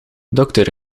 dokter